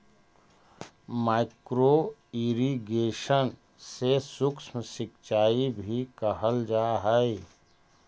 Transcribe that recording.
micro irrigation के सूक्ष्म सिंचाई भी कहल जा हइ